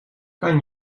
kan